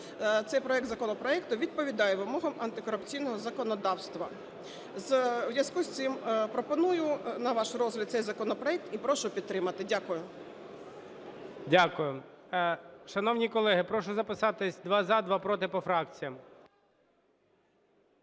цей проект законопроекту відповідає вимогам антикорупційного законодавства. У зв'язку з цим пропоную на ваш розгляд цей законопроект і прошу підтримати. Дякую. ГОЛОВУЮЧИЙ. Дякую. Шановні, колеги, я прошу записатися: два – за, два – проти по фракціях.